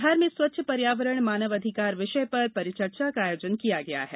धार में स्वच्छ पर्यावरण मानव अधिकार विषय पर परिचर्चा का आयोजन किया गया है